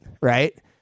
right